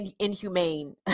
inhumane